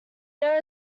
there